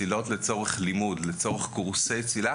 צלילות לצורך לימוד, צלילות במסגרת קורסי צלילה.